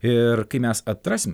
ir kai mes atrasim